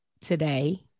today